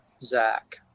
Zach